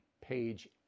page